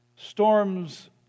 Storms